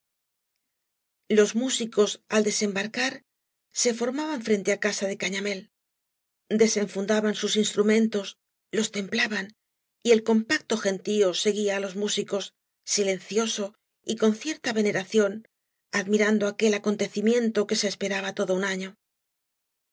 loa músicos al desembarcar se formaban frente á casa de cañamél desenfundaban sus instrumentos los templaban y el compacto gentío f eguía á loa múdeos siiencioso y con cierta veneración admirando aquel acontecimiento que ee esperaba todo un año